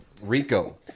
Rico